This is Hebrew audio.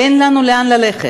אין לנו לאן ללכת.